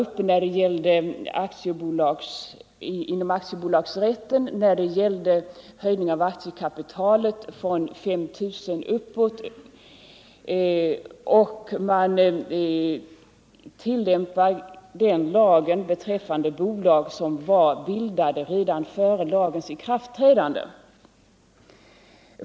Problemet var uppe inom aktiebolagsrätten när det gällde höjning av aktiekapitalet från 5 000 kronor och uppåt, och frågan var om man skulle tillämpa den lagen beträffande bolag som var bildade redan före lagens ikraftträdande.